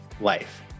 life